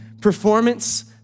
performance